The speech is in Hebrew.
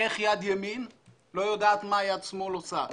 איך יד ימין לא יודעת מה יד שמאל עושה.